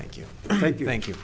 thank you thank you